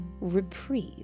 reprieve